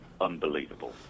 unbelievable